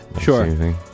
Sure